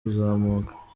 kuzamuka